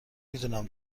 میدونم